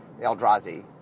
Eldrazi